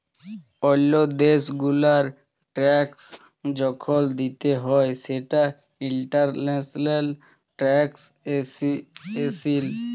ওল্লো দ্যাশ গুলার ট্যাক্স যখল দিতে হ্যয় সেটা ইন্টারন্যাশনাল ট্যাক্সএশিন